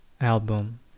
album